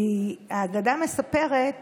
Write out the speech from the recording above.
כי האגדה מספרת